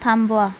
थांबवा